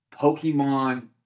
Pokemon